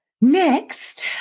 next